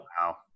Wow